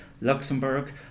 Luxembourg